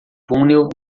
túnel